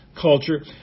culture